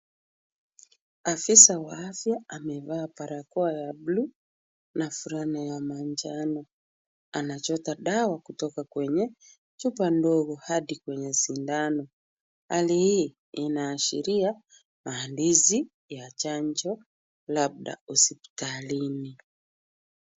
Afisa wa afya amevaa barakoa ya bluu na fulana ya manjano. Anachota dawa kutoka kwenye chupa ndogo hadi kwenye sindano. Hali hii inaashiria maandalizi ya chanjo labda hospitalini.